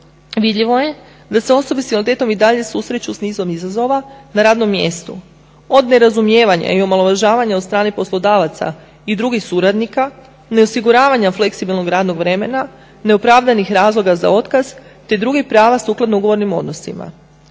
vidljivo je da se osobe s invaliditetom i dalje susreću s nizom izazova na radnom mjestu, od nerazumijevanja i omalovažavanja od strane poslodavaca i drugih suradnika, ne osiguravanja fleksibilnog radnog vremena, neopravdanih razloga za otkaz te drugih prava sukladno ugovornim odnosima.